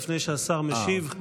לפני שהשר משיב,